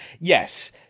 Yes